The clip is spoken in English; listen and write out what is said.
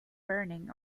burning